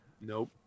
Nope